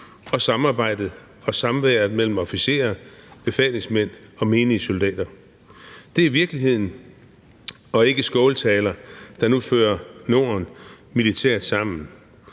og samarbejdet og samværet mellem officerer, befalingsmænd og menige soldater. Det er virkeligheden og ikke skåltaler, der nu fører Norden militært sammen.